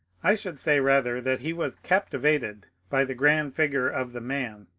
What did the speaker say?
i should say rather that he was captivated by the grand figure of the man.